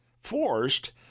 forced